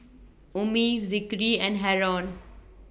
Ummi Zikri and Haron